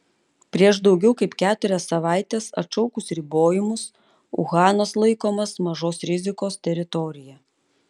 prieš daugiau kaip keturias savaites atšaukus ribojimus uhanas laikomas mažos rizikos teritorija